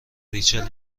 ریچل